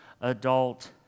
Adult